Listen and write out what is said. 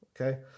okay